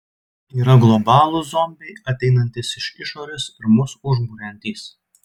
yra globalūs zombiai ateinantys iš išorės ir mus užburiantys